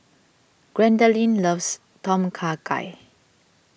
Gwendolyn loves Tom Kha Gai